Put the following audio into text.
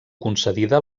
concedida